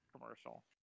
commercial